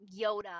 Yoda